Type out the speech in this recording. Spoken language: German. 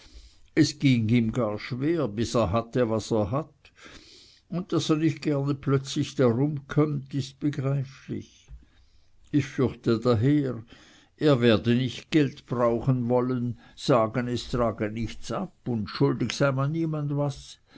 es ging ihm gar schwer bis er hatte was er hat und daß er nicht gerne plötzlich darum kömmt ist begreiflich ich fürchte daher er werde nicht geld brauchen wollen sagen es trage nichts ab und schuldig sei man niemand was